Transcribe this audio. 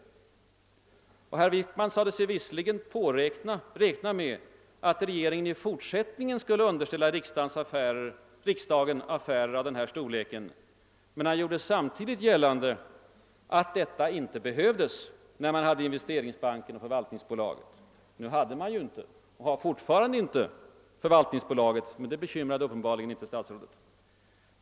Herr Wickman sade sig visserligen räkna med att regeringen i fortsättningen skulle underställa riks dagen affärer av denna storlek, men han gjorde samtidigt gällande att detta inte behövdes när man hade Investe ringsbanken och förvaltningsbolaget. Nu hade man ju inte — och har fortfarande inte — förvaltningsbolaget, men det bekymrade uppenbarligen inte statsrådet.